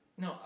No